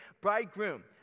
Bridegroom